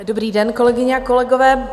Dobrý den, kolegyně a kolegové.